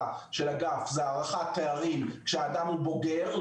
של הגף זה הערכת תארים כשאדם הוא בוגר,